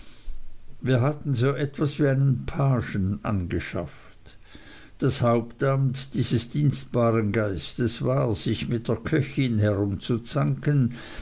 wir hatten so etwas wie einen pagen angeschafft das hauptamt dieses dienstbaren geistes war sich mit der köchin herumzuzanken